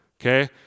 Okay